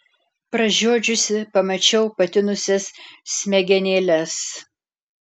pražiodžiusi pamačiau patinusias smegenėles